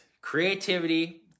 creativity